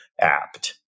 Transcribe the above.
apt